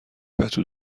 پتو